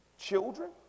children